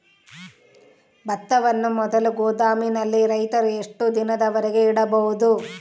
ಭತ್ತವನ್ನು ಮೊದಲು ಗೋದಾಮಿನಲ್ಲಿ ರೈತರು ಎಷ್ಟು ದಿನದವರೆಗೆ ಇಡಬಹುದು?